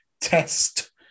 Test